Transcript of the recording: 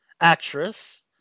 actress